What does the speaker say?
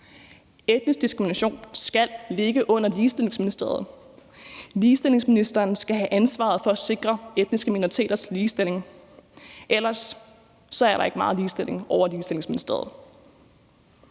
Etnisk diskrimination skal ligge under Ligestillingsministeriet. Ligestillingsministeren skal have ansvaret for at sikre etniske minoriteters ligestilling, ellers er der ikke meget ligestilling over Ligestillingsministeriet.